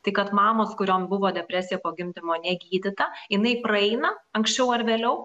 tai kad mamos kuriom buvo depresija po gimdymo negydyta jinai praeina anksčiau ar vėliau